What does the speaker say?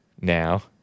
now